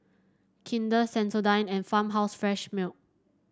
Kinder Sensodyne and Farmhouse Fresh Milk